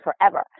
forever